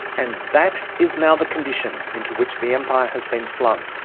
and that is now the condition into which the empire has been flung.